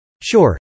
Sure